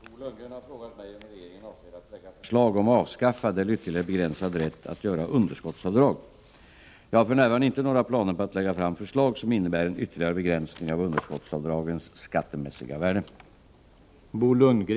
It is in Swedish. Herr talman! Bo Lundgren har frågat mig om regeringen avser att lägga fram förslag om avskaffad eller ytterligare begränsad rätt att göra underskottsavdrag. Jag har för närvarande inte några planer på att lägga fram förslag som innebär en ytterligare begränsning av underskottsavdragens skattemässiga värde.